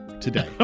today